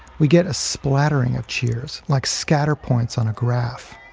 we get a splattering of cheers, like scatter points on a graph.